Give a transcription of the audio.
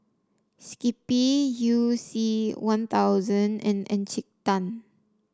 skippy You C One Thousand and Encik Tan